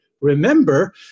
Remember